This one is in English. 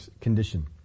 condition